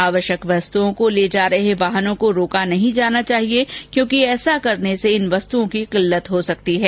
आवश्यक वस्तुओं को ले जा रहे वाहनों को रोका नहीं जाना चाहिए क्योंकि ऐसा करने से इन वस्तुओं की किल्लत हो सकती है